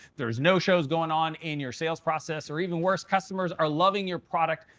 there is no-shows going on in your sales process. or even worse, customers are loving your product,